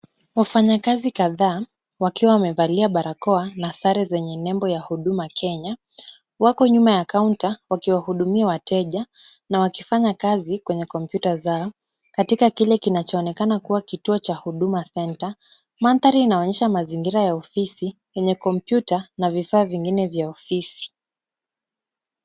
Wafanyikazi kadhaa, wakiwa wamevalia barakoa na sare zenye nembo ya Huduma Kenya, wako nyuma ya kaunta wakiwahudumia wateja na wakifanya kazi kwenye kompyuta zao katika kile kinachoonekana kuwa kituo cha Huduma Center. Mandhari inaonyesha mazingira ya ofisi yenye kompyuta na vifaa vingine vya ofisi.